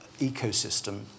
ecosystem